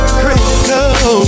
critical